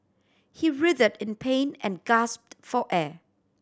he in pain and gasped for air